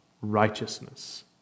righteousness